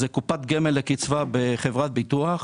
זה קופת גמל לקצבה בחברת ביטוח,